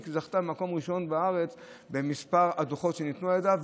זכתה במקום ראשון בארץ במספר הדוחות שניתנו על ידה,